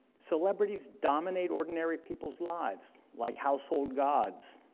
celebrities dominate ordinary people's lives like household gods.